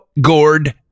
gourd